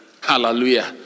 Hallelujah